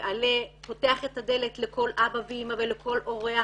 ועל"ה פותח את הדלת לכל אבא ואימא ולכל אורח,